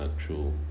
actual